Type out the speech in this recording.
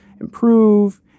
improve